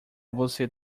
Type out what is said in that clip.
você